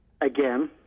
Again